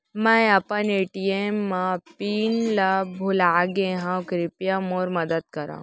मै अपन ATM PIN ला भूलागे हव, कृपया मोर मदद करव